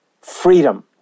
freedom